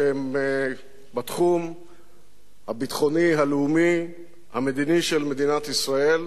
שהם בתחום הביטחוני הלאומי המדיני של מדינת ישראל,